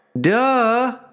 duh